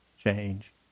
change